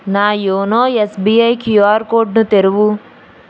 నా YONO SBI QR కోడ్ను తెరువు